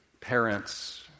parents